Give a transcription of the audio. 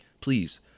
please